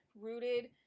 rooted